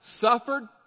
suffered